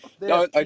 No